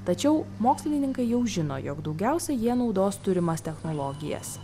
tačiau mokslininkai jau žino jog daugiausia jie naudos turimas technologijas